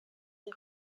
des